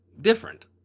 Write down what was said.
different